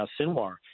Sinwar